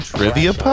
Trivia